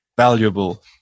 valuable